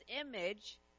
image